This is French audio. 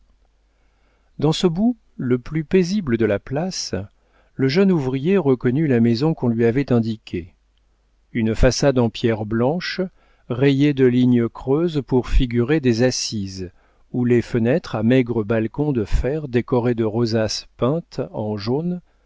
dans ce bout le plus paisible de la place le jeune ouvrier reconnut la maison qu'on lui avait indiquée une façade en pierre blanche rayée de lignes creuses pour figurer des assises où les fenêtres à maigres balcons de fer décorés de rosaces peintes en jaune